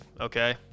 okay